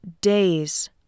days